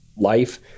life